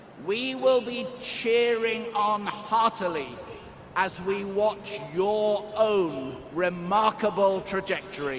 we will be cheering on heartily as we watch your own remarkable trajectory